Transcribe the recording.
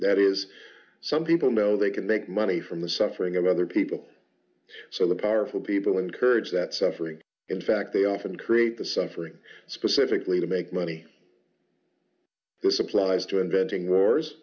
that is some people know they can make money from the suffering of other people so the powerful people encourage that suffering in fact they often create the suffering specifically to make money the supplies to inventing wars